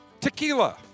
tequila